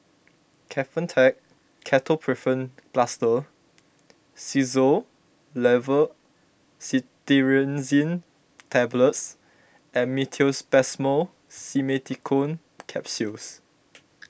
Kefentech Ketoprofen Plaster Xyzal Levocetirizine Tablets and Meteospasmyl Simeticone Capsules